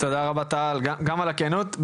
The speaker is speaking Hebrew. תודה רבה טל, גם על הכנות.